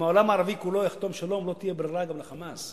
אם העולם הערבי כולו יחתום שלום לא תהיה ברירה גם ל"חמאס".